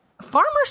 Farmers